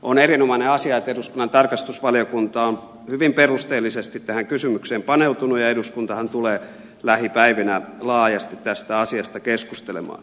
on erinomainen asia että eduskunnan tarkastusvaliokunta on hyvin perusteellisesti tähän kysymykseen paneutunut ja eduskuntahan tulee lähipäivinä laajasti tästä asiasta keskustelemaan